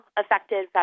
affected